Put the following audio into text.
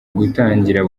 gutangira